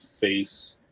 face